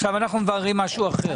עכשיו אנחנו מבררים משהו אחר.